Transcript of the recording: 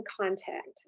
contact